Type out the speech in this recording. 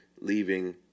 leaving